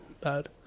bad